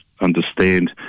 understand